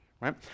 right